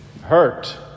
hurt